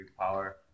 power